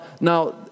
Now